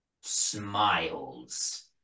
smiles